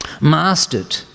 mastered